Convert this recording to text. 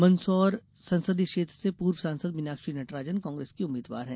मंदसौर संसदीय क्षेत्र से पूर्व सांसद मीनाक्षी नटराजन कांग्रेस की उम्मीदवार हैं